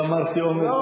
גמרתי אומר לסיים את,